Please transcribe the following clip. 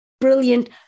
brilliant